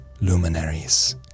luminaries